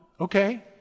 Okay